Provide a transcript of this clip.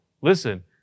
listen